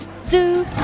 Zoo